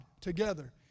together